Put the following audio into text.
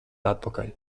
atpakaļ